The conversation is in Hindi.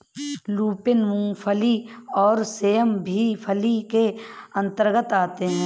लूपिन, मूंगफली और सेम भी फली के अंतर्गत आते हैं